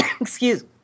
excuse